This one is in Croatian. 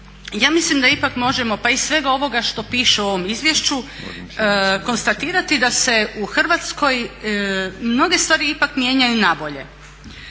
Ja mislim da ipak možemo pa i iz svega ovoga što piše u ovom izvješću konstatirati da se u Hrvatskoj mnoge stvari ipak mijenjaju nabolje.